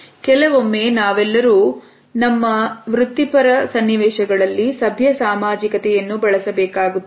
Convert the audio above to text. ಕೆಲವೊಮ್ಮೆ ನಾವೆಲ್ಲರೂ ನಮ್ಮ ವೃತ್ತಿಪರ ಸನ್ನಿವೇಶಗಳಲ್ಲಿ ಸಭ್ಯ ಸಾಮಾಜಿಕತೆಯನ್ನು ಬಳಸಬೇಕಾಗುತ್ತದೆ